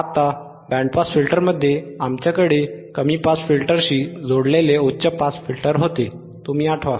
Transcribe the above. आता band pass फिल्टरमध्ये आमच्याकडे कमी पास फिल्टरशी जोडलेले उच्च पास फिल्टर होते तुम्ही आठवा